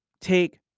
take